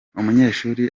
umunyeshuri